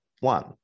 One